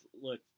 look